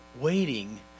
waiting